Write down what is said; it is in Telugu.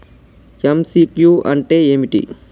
ఎమ్.సి.క్యూ అంటే ఏమిటి?